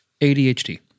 ADHD